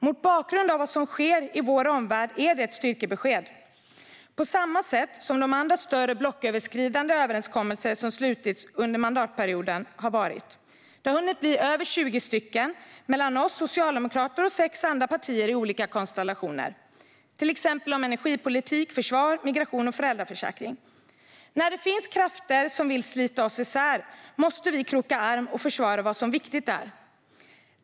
Mot bakgrund av vad som sker i vår omvärld är detta ett styrkebesked, på samma sätt som de andra större blocköverskridande överenskommelser som slutits under mandatperioden. Det har hunnit bli över 20 sådana överenskommelser mellan oss socialdemokrater och sex andra partier i olika konstellationer, till exempel om energipolitik, försvar, migration och föräldraförsäkring. När det finns krafter som vill slita oss isär måste vi kroka arm och försvara vad som viktigt är.